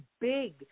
big